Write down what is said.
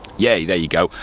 yeah there you go.